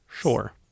Sure